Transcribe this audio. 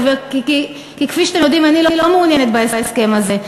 כי כפי שאתם יודעים אני לא מעוניינת בהסכם הזה.